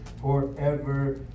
forever